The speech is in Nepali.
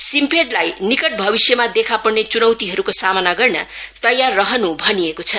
सिम्फेड लाई निकट भविष्यमा देखा पर्ने चुनौतीहरूको सामना गर्न तयार रहनु भनिएको छ